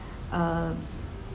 uh